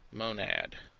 monad,